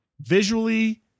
visually